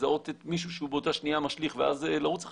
ולזהות מישהו שבאותה שנייה משליך ואז לרוץ אחריו,